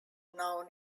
known